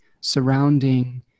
surrounding